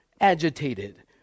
agitated